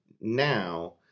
now